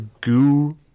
goo